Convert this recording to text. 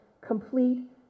complete